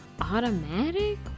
automatic